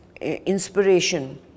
inspiration